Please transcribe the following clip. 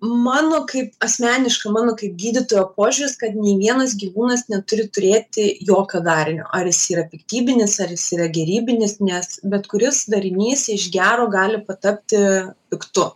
mano kaip asmeniška mano kaip gydytojo požiūris kad nei vienas gyvūnas neturi turėti jokio darinio ar jis yra piktybinis ar jis yra gerybinis nes bet kuris darinys iš gero gali patapti piktu